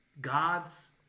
God's